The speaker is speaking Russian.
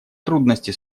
трудности